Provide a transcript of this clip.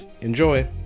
Enjoy